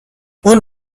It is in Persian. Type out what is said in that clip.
اون